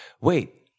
wait